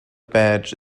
badge